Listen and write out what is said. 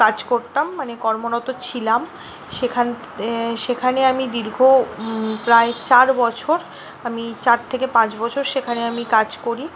কাজ করতাম মানে কর্মরত ছিলাম সেখানে সেখানে আমি দীর্ঘ প্রায় চার বছর আমি চার থেকে পাঁচ বছর সেখানে আমি কাজ করি